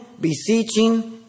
beseeching